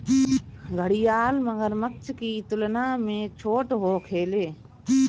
घड़ियाल मगरमच्छ की तुलना में छोट होखेले